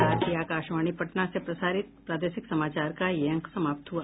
इसके साथ ही आकाशवाणी पटना से प्रसारित प्रादेशिक समाचार का ये अंक समाप्त हुआ